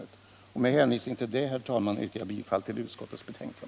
Herr talman! Med hänvisning till det sagda yrkar jag bifall till utskottets hemställan.